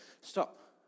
stop